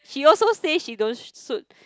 she also say she don't suit